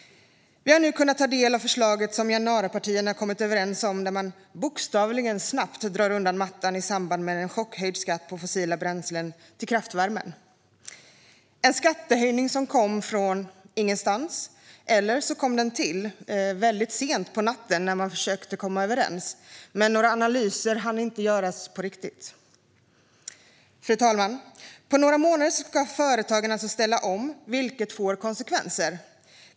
Vi har nu kunnat ta del av förslaget som januaripartierna har kommit överens om. Där drar man bokstavligen snabbt undan mattan genom en chockhöjd skatt på fossila bränslen till kraftvärmen - en skattehöjning som kom från ingenstans, eller så kom den till väldigt sent på natten när man försökte komma överens. Några riktiga analyser hann man dock inte göra. Fru talman! På några månader ska företagen alltså ställa om, vilket får konsekvenser.